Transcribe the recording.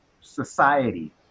society